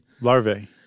Larvae